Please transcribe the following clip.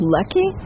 Lucky